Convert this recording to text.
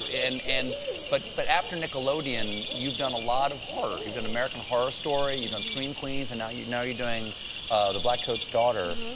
and and but but after nickelodeon, you've done a lot of horror. you've done american horror story of and scream queens, and now you know you're doing the blackcoapt's daughter.